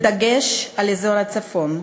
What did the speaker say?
בדגש על אזור הצפון.